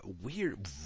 weird